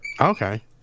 Okay